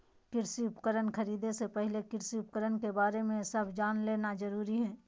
कृषि उपकरण खरीदे से पहले कृषि उपकरण के बारे में सब जान लेना जरूरी हई